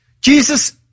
Jesus